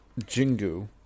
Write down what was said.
Jingu